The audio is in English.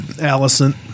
Allison